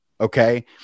okay